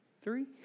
three